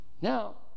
Now